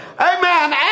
Amen